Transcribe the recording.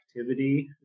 activity